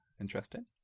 interesting